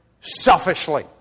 selfishly